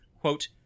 quote